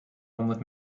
honderd